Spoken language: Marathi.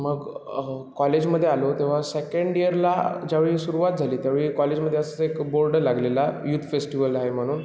मग कॉलेजमध्ये आलो तेव्हा सेकेंड इयरला ज्यावेळी सुरवात झाली त्यावेळी कॉलेजमध्ये असं एक बोर्ड लागलेला यूथ फेस्टिवल आहे म्हणून